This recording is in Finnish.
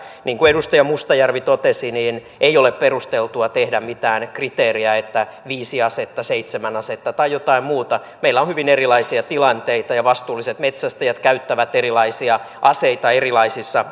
niin kuin edustaja mustajärvi totesi ei ole perusteltua tehdä mitään kriteeriä että viisi asetta seitsemän asetta tai jotain muuta meillä on hyvin erilaisia tilanteita ja vastuulliset metsästäjät käyttävät erilaisia aseita erilaisissa